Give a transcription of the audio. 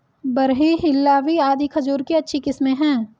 बरही, हिल्लावी आदि खजूर की अच्छी किस्मे हैं